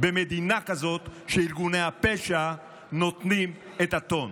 במדינה כזאת שבה ארגוני הפשע נותנים את הטון.